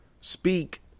Speak